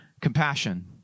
compassion